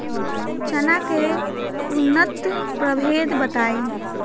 चना के उन्नत प्रभेद बताई?